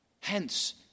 Hence